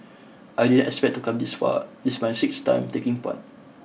I didn't expect to come this far this my sixth time taking part